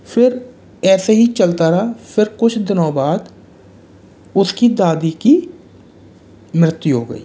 फिर ऐसे ही चलता रहा फिर कुछ दिनों बाद उसकी दादी की मृत्यु हो गई